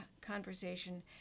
conversation